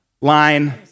line